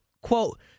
quote